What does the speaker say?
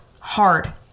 hard